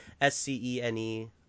S-C-E-N-E